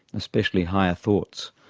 especially higher thoughts,